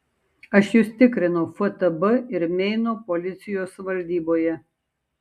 aš jus tikrinau ftb ir meino policijos valdyboje